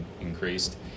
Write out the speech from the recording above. increased